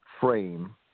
frame